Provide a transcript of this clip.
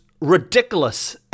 ridiculous